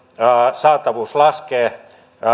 saatavuus laskee ja